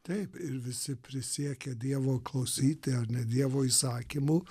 taip ir visi prisiekia dievo klausyti ar ne dievo įsakymų